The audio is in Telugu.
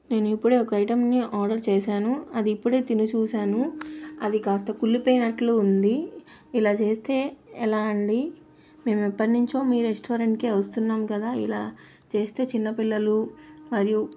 నేను ఇప్పుడే ఒక ఐటంని ఆర్డర్ చేశాను అది ఇప్పుడే తినిచూశాను అది కాస్త కుళ్ళిపోయినట్లు ఉంది ఇలా చేస్తే ఎలా అండి మేమెప్పటి నుంచో మీ రెస్టారెంట్కే వస్తున్నాము కదా ఇలా చేస్తే చిన్నపిల్లలు మరియు